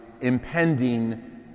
impending